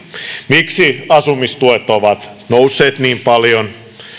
miksi asumistuet ovat nousseet niin paljon